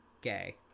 Gay